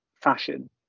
fashion